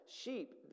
sheep